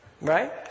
Right